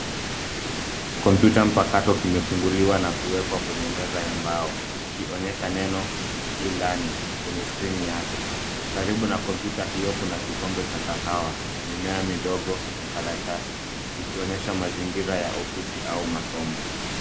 Kompyuta mpakato kimefunguliwa na kuwekwa kwenye meza ya mbao ikionyesha neno E-Learning kwenye skrini yake. Karibu na kompyuta hio kuna kikombe cha kahawa, mimea midogo na karatasi, vikionyesha mazingira ya ofisi au masomo.